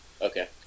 Okay